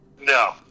No